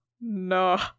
No